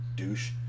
douche